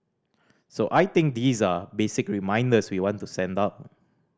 so I think these are basic reminders we want to send out